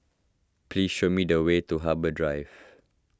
please show me the way to Harbour Drive